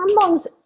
someone's